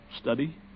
study